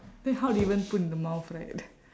then how do you even put in the mouth right